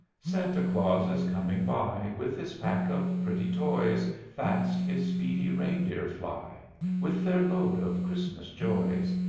santa claus is coming by with his pack of pretty toys. fast his speedy rein-deer fly with their load of christmas joys.